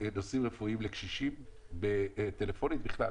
נושאים רפואיים לקשישים בטלפונים בכלל.